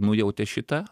nujautė šitą